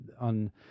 on